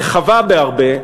רחבה בהרבה,